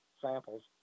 samples